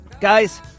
Guys